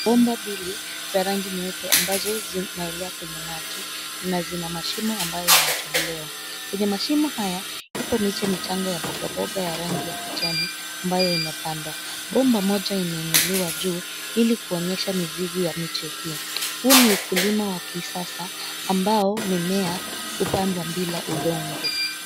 Bomba mbili za rangi nyeupe ambazo zinaelea kwenye maji na zina mashimo ambayo yametobolewa. Kwenye mashimu haya, ipo mche michanga ya mbogamboga ya rangi ya kijani ambayo imepandwa. Bomba moja imenuliwa juu ili kuonyesha mzizi ya mche hii. Huu ni ukulima wa kisasa ambao mimea hupandwa bila udongo.